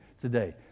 today